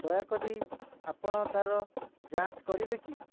ଦୟାକରି ଆପଣ ତା'ର ଯାଞ୍ଚ କରିବେ କି